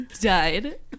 died